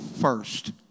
first